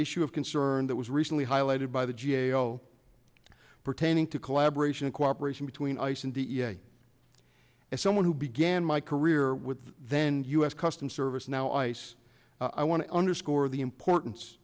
issue of concern that was recently highlighted by the g a o pertaining to collaboration cooperation between ice and the as someone who began my career with then u s customs service now ice i want to underscore the importance